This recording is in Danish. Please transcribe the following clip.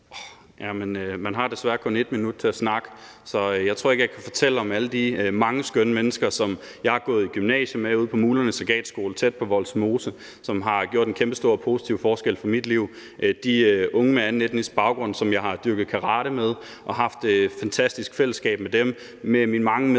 Man har desværre kun 1 minut til at snakke, så jeg tror ikke, jeg kan fortælle om alle de mange skønne mennesker, som jeg har gået i gymnasiet med ude på Mulernes Legatskole tæt på Vollsmose, som har gjort en kæmpestor og positiv forskel for mit liv, de unge med anden etnisk baggrund, som jeg har dyrket karate med og haft et fantastisk fællesskab med, mine mange medborgere